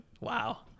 Wow